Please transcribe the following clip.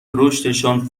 رشدشان